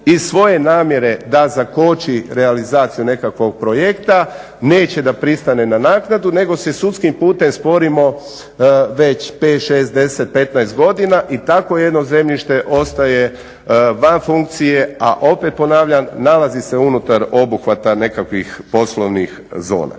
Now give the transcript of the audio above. iz svoje namjere da zakoči realizaciju nekakvog projekta neće da pristane na naknadu nego se sudskim putem sporimo već 5, 6, 10, 15 godina i tako jedno zemljište ostaje van funkcije. A opet ponavljam nalazi se unutar obuhvata nekakvih poslovnih zona.